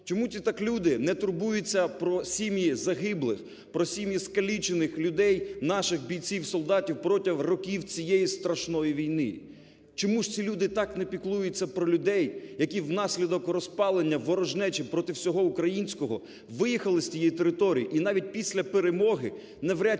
Чому ті так люди не турбуються про сім'ї загиблих, про сім'ї скалічених людей, наших бійців, солдатів протягом років цієї страшної війни? Чому ж ці люди так не піклуються про людей, які внаслідок розпалення ворожнечі проти всього українського виїхали з тієї території і навіть після перемоги навряд чи зможуть